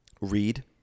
read